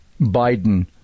Biden